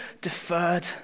deferred